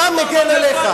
מגן גם עליך.